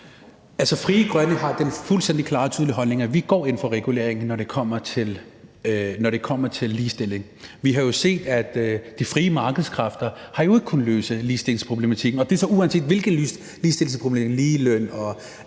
(UFG): Frie Grønne har den fuldstændig klare og tydelige holdning, at vi går ind for regulering, når det kommer til ligestilling. Vi har jo set, at de frie markedskræfter ikke har kunnet løse ligestillingsproblematikken, og det er så, uanset hvilket ligestillingsproblem det er, altså ligeløn,